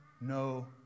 no